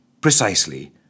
precisely